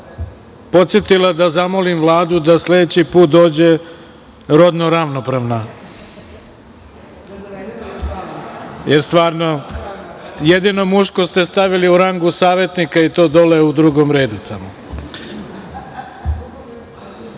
podsetila da zamolim Vladu da sledeći put dođe rodno ravnopravna, jer stvarno, jedino muško ste stavili u rangu savetnika i to dole u drugom redu. Enis